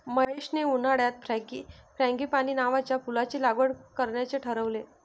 महेशने उन्हाळ्यात फ्रँगीपानी नावाच्या फुलाची लागवड करण्याचे ठरवले